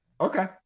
okay